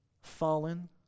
Fallen